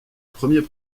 premier